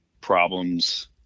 problems